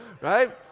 right